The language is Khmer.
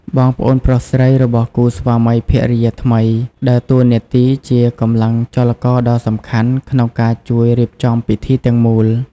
បងប្អូនប្រុសស្រី របស់គូស្វាមីភរិយាថ្មី ដើរតួនាទីជាកម្លាំងចលករដ៏សំខាន់ក្នុងការ ជួយរៀបចំពិធីទាំងមូល ។